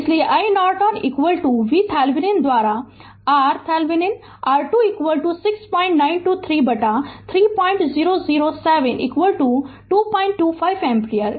इसलिए iNorton VThevenin द्वारा R thethevenin R2 6923 बटा 3007 225 एम्पीयर